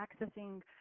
accessing